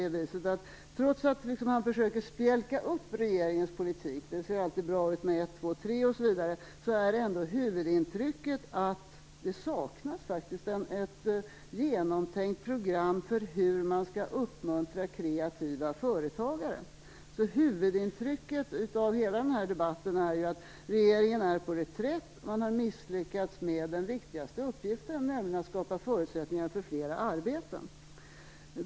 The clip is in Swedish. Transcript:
Trots att han försöker att spjälka upp regeringens politik är ändå huvudintrycket att det saknas ett genomtänkt program för hur man skall uppmuntra kreativa företagare. Huvudintrycket av hela denna debatt är att regeringen är på reträtt. Man har misslyckats med den viktigaste uppgiften, nämligen att skapa förutsättningar för flera arbeten.